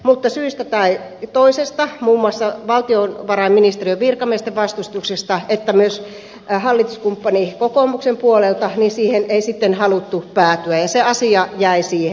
mutta syystä tai toisesta muun muassa valtiovarainministeriön virkamiesten vastustuksesta johtuen sekä myös hallituskumppani kokoomuksen puolelta siihen ei sitten haluttu päätyä ja se asia jäi siihen